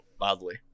badly